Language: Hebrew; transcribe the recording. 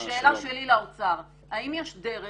השאלה שלי לאוצר האם יש דרך